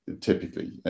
typically